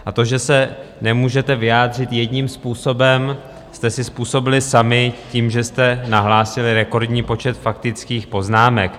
A to, že se nemůžete vyjádřit jedním způsobem, jste si způsobili sami tím, že jste nahlásili rekordní počet faktických poznámek.